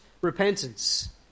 repentance